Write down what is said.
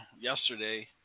yesterday